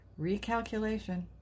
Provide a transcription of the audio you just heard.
Recalculation